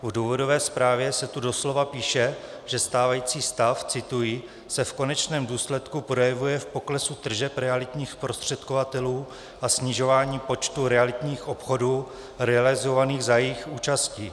V důvodové zprávě se tu doslova píše, že stávající stav cituji se v konečném důsledku projevuje v poklesu tržeb realitních zprostředkovatelů a snižování počtu realitních obchodů realizovaných za jejich účasti.